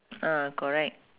ah correct